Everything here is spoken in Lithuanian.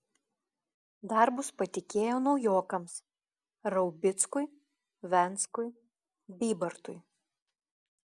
darbus patikėjo naujokams raubickui venckui bybartui